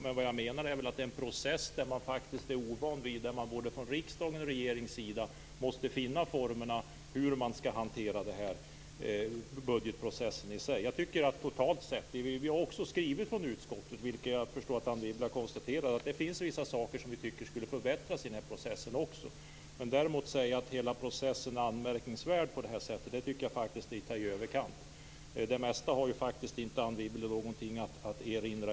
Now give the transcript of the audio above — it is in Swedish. Men jag menar att det är en process som man är ovan vid och där man både från riksdagens och regeringens sida måste finna former för hur man skall hantera budgetprocessen i sig. Utskottet har också skrivit - vilket jag förstår att Anne Wibble har konstaterat - att det finns vissa saker i processen som vi tycker borde förbättras. Men att säga att hela processen är anmärkningsvärd är faktiskt att ta i i överkant. På det mesta som gäller detta har ju Anne Wibble ingenting att anmärka.